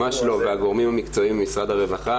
והגורמים המקצועיים במשרד הרווחה,